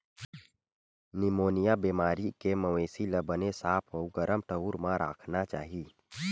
pneumonia बेमारी के मवेशी ल बने साफ अउ गरम ठउर म राखना चाही